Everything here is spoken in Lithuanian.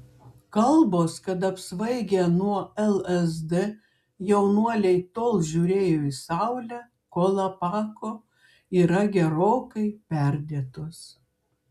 kalbos kad apsvaigę nuo lsd jaunuoliai tol žiūrėjo į saulę kol apako yra gerokai perdėtos